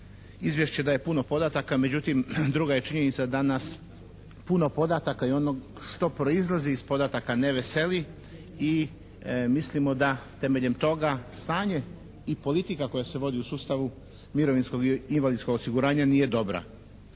izvješće, da je puno podataka. Međutim, druga je činjenica da nas puno podataka i onog šro proizlazi iz podataka ne veseli. I mislimo da temeljem toga stanje i politika koja se vodi u sustavu mirovinskog i invalidskog osiguranja nije dobra.